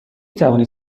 توانید